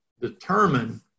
determine